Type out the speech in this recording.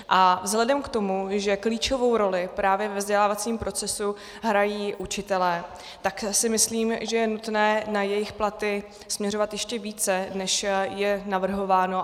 A vzhledem k tomu, že klíčovou roli právě ve vzdělávacím procesu hrají učitelé, tak si myslím, že je nutné na jejich platy směřovat ještě více, než je navrhováno.